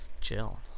Chill